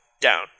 down